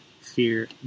fear